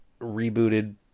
rebooted